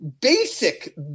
basic